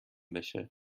بشه